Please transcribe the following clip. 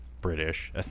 british